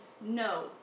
no